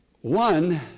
One